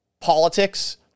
politics